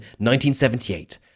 1978